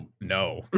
no